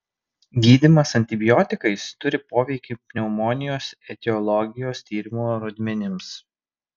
gydymas antibiotikais turi poveikį pneumonijos etiologijos tyrimo rodmenims